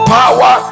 power